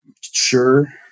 sure